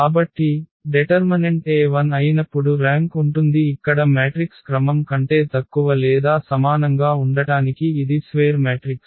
కాబట్టి determinant A 0 అయినప్పుడు rank ఉంటుంది ఇక్కడ మ్యాట్రిక్స్ క్రమం కంటే తక్కువ లేదా సమానంగా ఉండటానికి ఇది స్వేర్ మ్యాట్రిక్స్